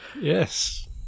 yes